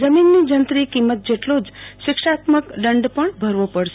જમીનની જંત્રી કિંમત જેટલો શિક્ષાત્મક દંડ પણ ભરવો પડશે